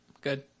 Good